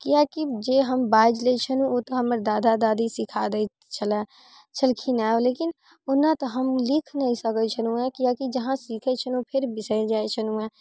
किआकि जे हम बाजि लै छलहुँ ओ तऽ हमर दादा दादी सीखा दय छलै छलखिन हँ लेकिन ओना तऽ हम लिख नहि सकैत छलहुँ किआकि जहाँ सीखैत छलहुँ फेर बिसरि जाइत छलहुँ हँ